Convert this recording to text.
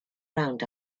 round